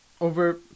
over